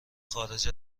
خارج